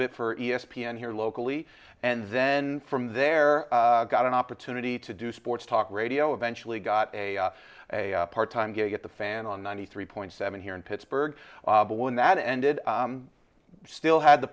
bit for e s p n here locally and then from there got an opportunity to do sports talk radio eventually got a part time gig at the fan on ninety three point seven here in pittsburgh but when that ended still had the